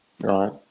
Right